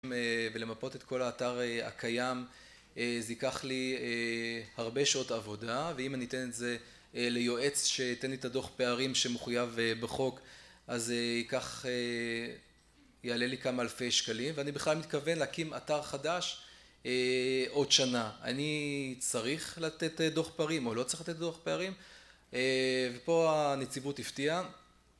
ולמפות את כל האתר הקיים, זה ייקח לי הרבה שעות עבודה ואם אני אתן את זה ליועץ שייתן לי את הדוח פערים שמחוייב בחוק, אז ייקח, יעלה לי כמה אלפי שקלים ואני בכלל מתכוון להקים אתר חדש עוד שנה. אני צריך לתת דוח פערים או לא צריך לתת דוח פערים ופה הנציבות הפתיעה.